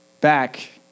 back